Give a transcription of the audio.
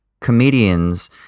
Comedians